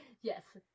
Yes